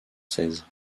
seize